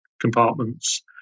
compartments